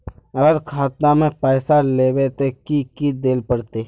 अगर खाता में पैसा लेबे ते की की देल पड़ते?